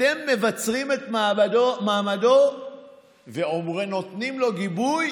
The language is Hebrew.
אתם מבצרים את מעמדו ונותנים לו גיבוי,